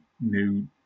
new